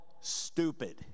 stupid